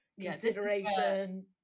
consideration